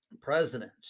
Presidents